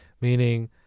Meaning